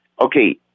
Okay